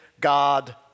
God